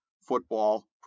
football